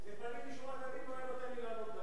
לפנים משורת הדין הוא היה נותן לי לעלות לדבר.